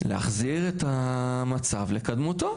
להחזיר את המצב לקדמותו.